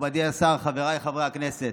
מכובדי השר, חבריי חברי הכנסת,